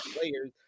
players